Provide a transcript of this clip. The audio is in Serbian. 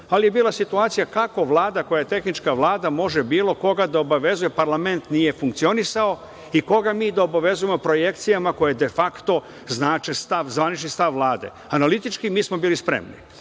ali je bila situacija kako Vlada koja je tehnička Vlada može bilo koga da obavezuje, parlament nije funkcionisao i koga mi da obavezujemo projekcijama koje de fakto znače zvanični stav Vlade? Analitički, mi smo bili spremni.